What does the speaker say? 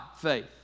faith